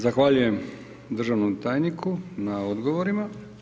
Zahvaljujem državnom tajniku na odgovorima.